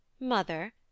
Mother